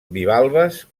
bivalves